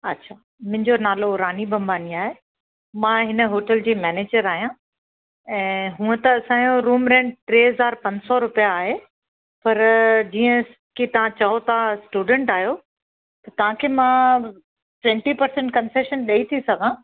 अच्छा मुंहिंजो नालो रानी भंबानी आहे मां हिन होटल जी मैनेजर आहियां ऐं हूअं त रूम रेंट टे हज़ार पंज सौ रुपिया आहे पर जीअं की तव्हां चओ था स्टूडेंट आहियो त तव्हांखे मां टिवेंटी परसेंट कन्सेशन ॾई थी सघां